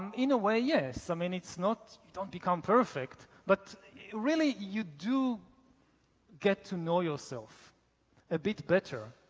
in a way, yes. i mean it's not, don't become perfect but really, you do get to know yourself a bit better.